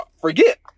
forget